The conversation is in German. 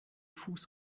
fuß